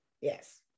yes